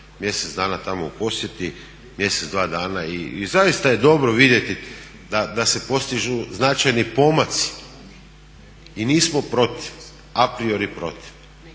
mjesec dana tamo u posjeti, mjesec-dva dana i zaista je dobro vidjeti da se postižu značajni pomaci. I nismo protiv, a priori protiv,